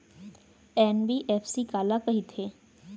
NBFC काला कहिथे?